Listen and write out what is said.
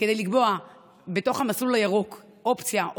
לקבוע בתוך המסלול הירוק אופציה,